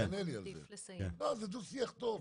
לא, שיענה לי על זה, זה דו-שיח טוב.